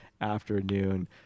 afternoon